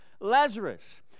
Lazarus